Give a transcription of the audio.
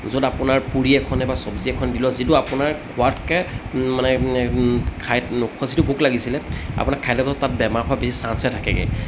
য'ত আপোনাৰ পুৰি এখনে বা চব্জি এখন দিলেও যিটো আপোনাৰ খোৱাতকৈ মানে খাই নোখোৱা যিটো ভোক লাগিছিলে আপোনাৰ খাই লোৱা পাছত তাত বেমাৰ হোৱা বেছি চাঞ্চহে থাকেগৈ